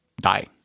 die